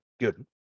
Good